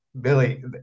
Billy